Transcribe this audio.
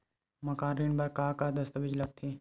मकान ऋण बर का का दस्तावेज लगथे?